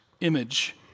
image